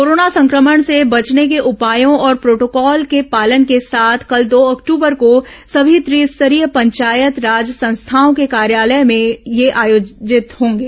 corona संक्रमण से बचने के उपायों और प्रोटोकॉल के पालन को साथ कल दो अक्टूबर को सभी त्रिस्तरीय पंचायत राज संस्थाओं के कार्यालय में ये आयोजित होंगे